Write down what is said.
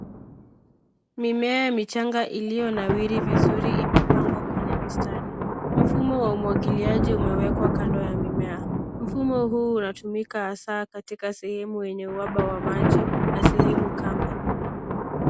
Mimea michanga iliyonawiri vizuri imepangwa kwenye mistari. Mfumo wa umwagiliaji umewekwa kando ya mimea. Mfumo huu unatumika hasa katika sehemu yenye uhaba wa maji na sehemu kame.